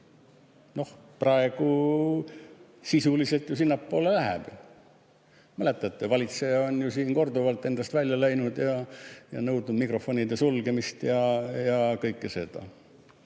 Praegu sisuliselt ju sinnapoole läheb. Mäletate, valitseja on ju siin korduvalt endast välja läinud, nõudnud mikrofonide sulgemist ja kõike seda.